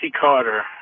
Carter